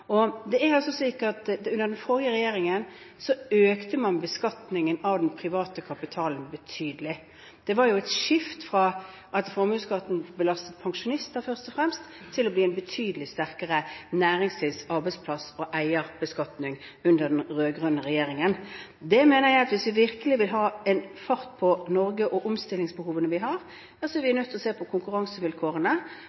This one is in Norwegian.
Under den forrige regjeringen økte man beskatningen av den private kapitalen betydelig. Det var et skift fra at formuesskatten belastet pensjonister først og fremst, til å bli en betydelig sterkere næringsliv-, arbeidsplass- og eierbeskatning under den rød-grønne regjeringen. Jeg mener at hvis vi virkelig vil ha fart på Norge og omstillingsbehovene vi har, ja så er vi